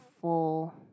full